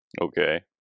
Okay